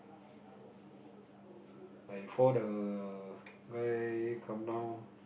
by four the guy calm down